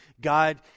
God